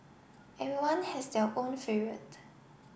everyone has their own favourite